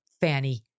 Fanny